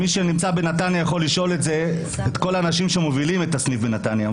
אפשר לשאול את כל האנשים שמובילים את הסניף בנתניה.